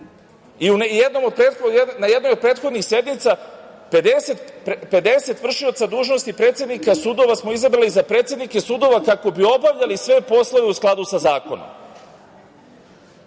i na jednoj od prethodnih sednica 50 vršioca dužnosti predsednika sudova smo izabrali za predsednike sudova kako bi obavljali sve poslove u skladu sa zakonom. Na